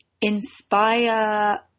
inspire